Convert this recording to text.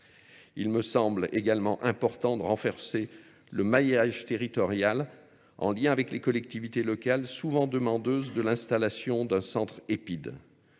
Il me semble également important de renforcer le maillage territorial en lien avec les collectivités locales souvent demandeuses de l'installation d'un centre EPID.